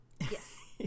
Yes